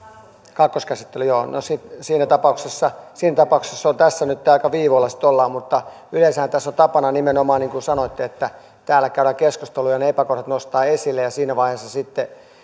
kakkoskäsittely joo no siinä tapauksessa siinä tapauksessa se on tässä nyt aika viivoilla sitten ollaan mutta yleensähän tässä on tapana nimenomaan niin kuin sanoitte että täällä käydään keskustelua ja ne epäkohdat nostetaan esille ja siinä vaiheessa sitten